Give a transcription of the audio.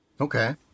Okay